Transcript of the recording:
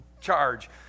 charge